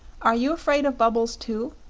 are you fraid of bubbles, too?